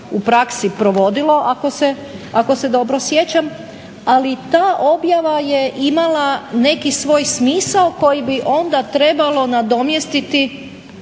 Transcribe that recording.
u praksi provodilo ako se dobro sjećam, ali ta objava je imala neki svoj smisao koji bi onda trebalo nadomjestiti